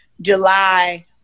July